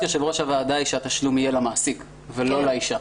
יושב-ראש הוועדה היא שהתשלום יהיה למעסיק ולא לאישה.